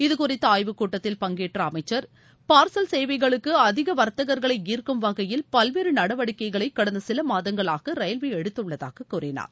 இது குறித்த ஆய்வுக் கூட்டத்தில் பங்கேற்ற அமைச்சர் பார்சல் சேவைகளுக்கு அதிக வர்த்தகர்களை ார்க்கும் வகையில் பல்வேறு நடவடிக்கைகளை கடந்த சில மாதங்களாக ரயில்வே எடுத்துள்ளதாக கூறினார்